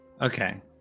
Okay